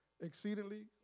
exceedingly